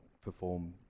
perform